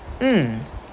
mm